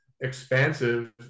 expansive